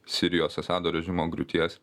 sirijos asado režimo griūties